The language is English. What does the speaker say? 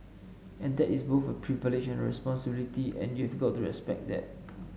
and that is both a privilege and responsibility and you've got to respect that